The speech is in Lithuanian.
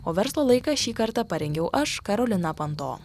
o verslo laiką šį kartą parengiau aš karolina panto